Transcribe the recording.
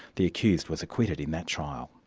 the accused was acquitted in that trial.